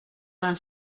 vingt